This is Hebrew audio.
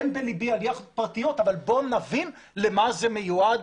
אין בלבי על יכטות פרטיות אבל בואו נבין למה זה מיועד.